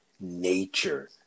nature